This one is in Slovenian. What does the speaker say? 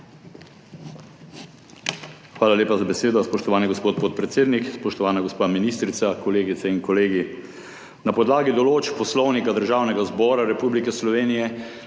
Hvala lepa za besedo, spoštovani gospod podpredsednik. Spoštovana gospa ministrica, kolegice in kolegi! Na podlagi določb Poslovnika Državnega zbora Republike Slovenije